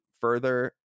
further